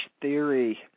theory